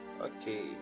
okay